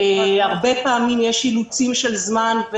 הרבה פעמים יש אילוצי זמן,